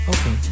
Okay